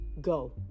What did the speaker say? Go